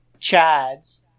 chads